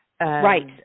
Right